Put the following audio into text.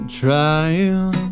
trying